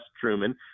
Truman